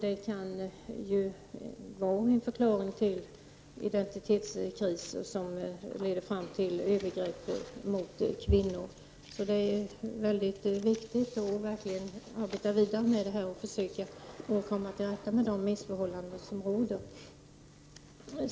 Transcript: Detta kan var en förklaring till de identitetskriser som leder fram till övergrepp mot kvinnor. Det är mycket viktigt att verkligen arbeta vidare med detta och försöka komma till rätta med de missförhållanden som råder.